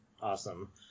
awesome